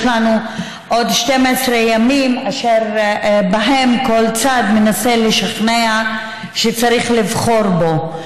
יש לנו עוד 12 ימים אשר בהם כל צד ינסה לשכנע שצריך לבחור בו.